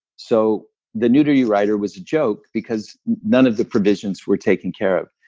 so the nudity rider was a joke because none of the provisions were taken care of.